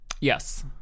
Yes